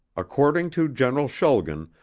according to general schulgen,